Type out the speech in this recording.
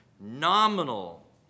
nominal